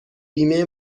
بیمه